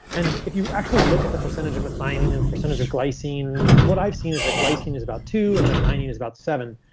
and if you actually look at the percentage of methionine and the percentage of glycine, what i've seen is that glycine is about two and methionine is about seven.